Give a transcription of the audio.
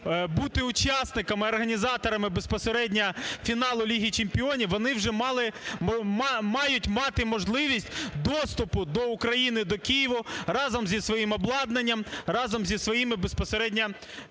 бути учасниками і організаторами безпосередньо фіналу Ліги чемпіонів, вони вже мають мати можливість доступу до України, до Києва разом зі своїм обладнанням, разом і своїми безпосередньо